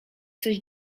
coś